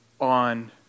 on